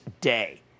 day